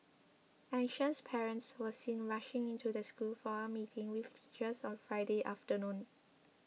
anxious parents were seen rushing into the school for a meeting with teachers on Friday afternoon